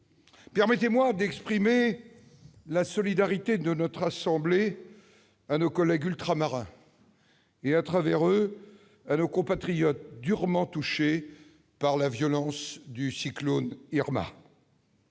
Permettez-moi d'exprimer la solidarité de notre assemblée à nos collègues ultramarins et, à travers eux, à nos compatriotes durement touchés par la violence du cyclone Irma.